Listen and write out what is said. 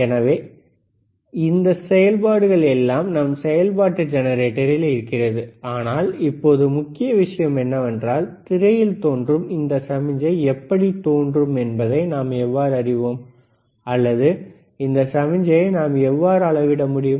எனவே இந்த செயல்பாடுகள் எல்லாம் நம் செயல்பாட்டு ஜெனரேட்டரில் இருக்கிறது ஆனால் இப்போது முக்கிய விஷயம் என்னவென்றால் திரையில் தோன்றும் இந்த சமிக்ஞை எப்படி தோன்றும் என்பதை நாம் எவ்வாறு அறிவோம் அல்லது இந்த சமிக்ஞையை நாம் எவ்வாறு அளவிட முடியும்